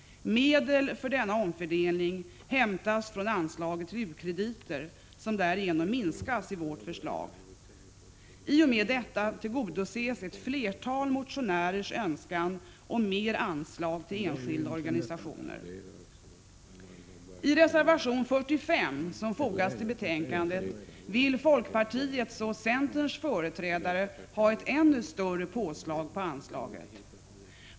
Medel för denna omfördelning hämtas från anslaget till u-krediter, som därigenom minskas i vårt förslag. I och med detta tillgodoses ett flertal motionärers = Prot. 1985/86:117 önskan om mer anslag till enskilda organisationer. 16 april 1986 I reservation 45 som fogats till betänkandet vill folkpartiets och centerns företrädare ha ett ännu större påslag på anslaget.